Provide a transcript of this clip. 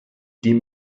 die